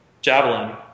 Javelin